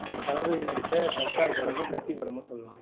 நம்ம தளபதி நடித்த சர்க்கார் படமும் கத்தி படமும் சொல்லலாம்